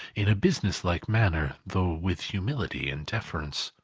in a business-like manner, though with humility and deference.